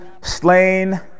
slain